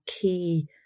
key